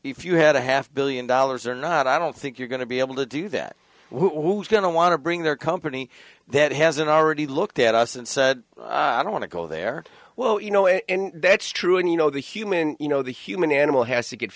if you had a half billion dollars or not i don't think you're going to be able to do that who is going to want to bring their company that hasn't already looked at us and said i don't want to go there well you know and that's true and you know the human you know the human animal has to get